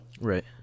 Right